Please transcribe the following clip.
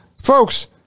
folks